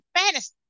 fantasy